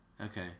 Okay